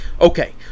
Okay